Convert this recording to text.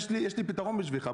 יש לי פתרון בשבילך,